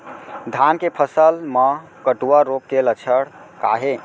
धान के फसल मा कटुआ रोग के लक्षण का हे?